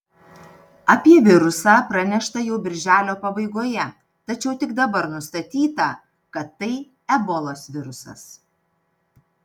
apie virusą pranešta jau birželio pabaigoje tačiau tik dabar nustatyta kad tai ebolos virusas